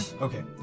Okay